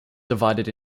divided